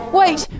wait